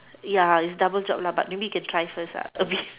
ya it's double job lah but maybe you can try first lah a bit